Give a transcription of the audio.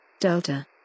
Delta